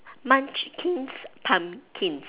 munchkins pumpkins